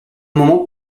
moment